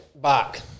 back